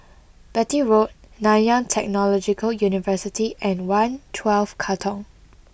Beatty Road Nanyang Technological University and one twelve Katong